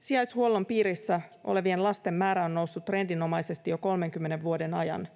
Sijaishuollon piirissä olevien lasten määrä on noussut trendinomaisesti jo 30 vuoden ajan.